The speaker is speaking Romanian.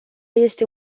este